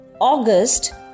August